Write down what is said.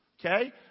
Okay